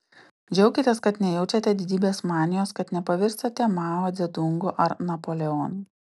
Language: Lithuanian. džiaukitės kad nejaučiate didybės manijos kad nepavirstate mao dzedungu ar napoleonu